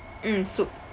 mm soup